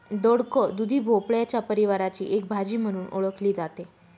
दोडक, दुधी भोपळ्याच्या परिवाराची एक भाजी म्हणून ओळखली जाते